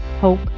hope